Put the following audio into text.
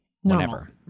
whenever